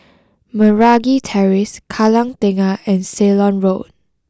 Meragi Terrace Kallang Tengah and Ceylon Road